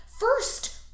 first